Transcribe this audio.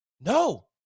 No